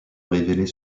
révéler